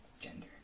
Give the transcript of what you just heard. gender